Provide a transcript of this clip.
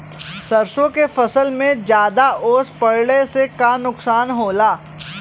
सरसों के फसल मे ज्यादा ओस पड़ले से का नुकसान होला?